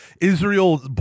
Israel